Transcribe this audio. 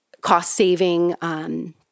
cost-saving